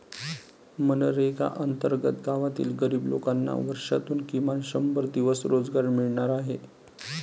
मनरेगा अंतर्गत गावातील गरीब लोकांना वर्षातून किमान शंभर दिवस रोजगार मिळणार आहे